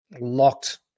locked